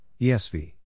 ESV